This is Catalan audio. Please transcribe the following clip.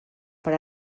per